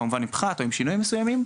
כמובן עם פחת או עם שינויים מסוימים.